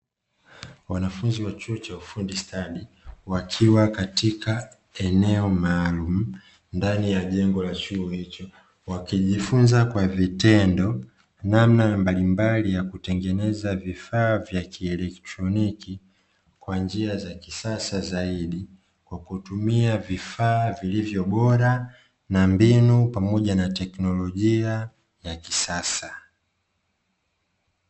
Wanafunzi wa chuo cha ufundi stadi, wakiwa katika eneo maalumu ndani ya jengo la chuo hicho. Wakijifunza kwa vitendo namna mbalimbali ya kutengeneza vifaa vya kielektroniki, kwa njia za kisasa zaidi kwa kutumia vifaa vilivyo bora na mbinu pamoja na teknolojia ya kisasa.